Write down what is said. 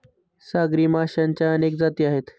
सागरी माशांच्या अनेक जाती आहेत